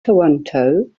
toronto